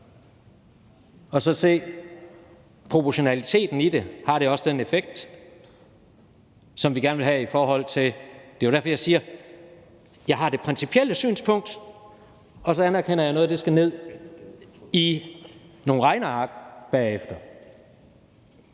og så se proportionaliteten i det, og om det også har den effekt, som vi gerne vil have. Det er derfor, jeg siger, at jeg har det principielle synspunkt, og så anerkender jeg, at noget skal ned i nogle regneark bagefter.